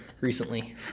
recently